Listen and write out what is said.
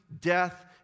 death